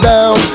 Down